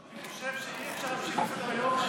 אני חושב שאי-אפשר להמשיך בסדר-היום.